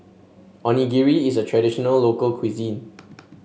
onigiri is a traditional local cuisine